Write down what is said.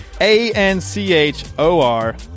A-N-C-H-O-R